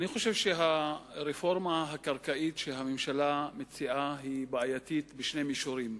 אני חושב שהרפורמה הקרקעית שהממשלה מציעה היא בעייתית בשני מישורים.